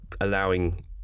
allowing